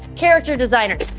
character designers,